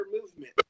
movement